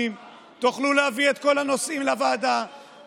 הרי על מה מדברת הצעת החוק